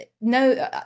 no